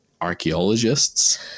archaeologists